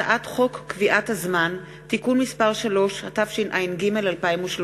הצעת חוק קביעת הזמן (תיקון מס' 3), התשע"ג 2013,